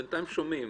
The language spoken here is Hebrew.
בינתיים אנחנו שומעים.